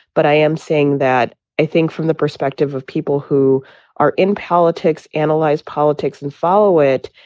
but i am saying that i think from the perspective of people who are in politics, analyze politics and follow it.